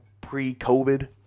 pre-COVID